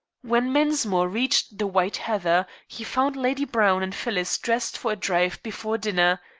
when mensmore reached the white heather he found lady browne and phyllis dressed for a drive before dinner.